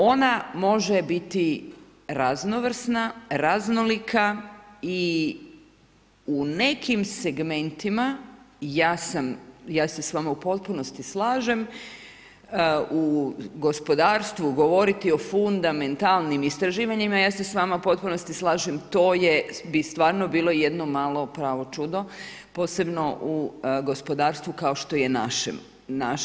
Ona može biti raznovrsna, raznolika i u nekim segmentima, ja se s vama u potpunosti slažem u gospodarstvu govoriti o fundamentalnim istraživanjima, ja se s vama u potpunosti slažem, to bi stvarno bilo jedno malo pravo čudo, posebno u gospodarstvu, kao što je naše.